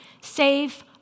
safe